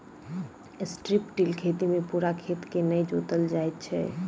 strip till खेती मे पूरा खेत के नै जोतल जाइत छै